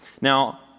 Now